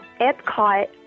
Epcot